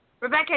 Rebecca